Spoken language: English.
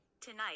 Tonight